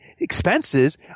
expenses